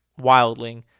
wildling